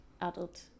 adult